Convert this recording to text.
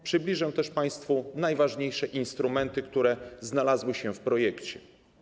Przybliżę też państwu najważniejsze instrumenty, które znalazły się w projekcie.